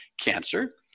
cancer